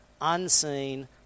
unseen